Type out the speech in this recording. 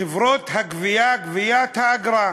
חברות הגבייה, גביית האגרה.